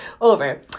Over